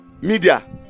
media